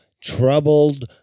Troubled